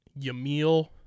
Yamil